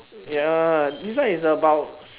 ya this one is about s~